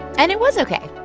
and it was ok,